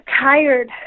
tired